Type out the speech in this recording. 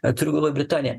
turiu galvoj britaniją